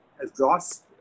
exhaust